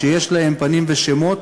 שיש להם פנים ושמות,